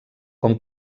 com